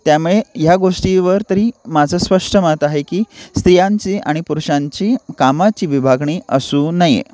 त्यामुळे ह्या गोष्टीवर तरी माझं स्पष्ट मत आहे की स्त्रियांची आणि पुरुषांची कामाची विभागणी असू नये